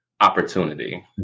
opportunity